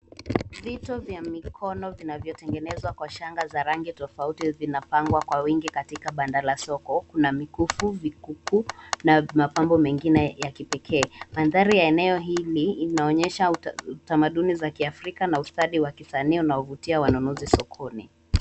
Vito vya mikono vinavyotengenezwa kwa shanga za rangi tofauti zinapangwa kwa wingi katika banda la soko. Kuna mikufu, vikuku na mapambo mengine ya kipekee. Mandhari ya eneo hili inaonyesha tamaduni za kiafrika na ustadi wa kisanii unaovutia wanunuzi sokoni.